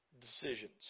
decisions